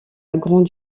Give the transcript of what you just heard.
grande